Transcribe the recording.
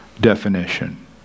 definition